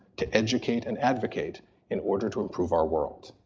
to educate, and advocate in order to improve our world.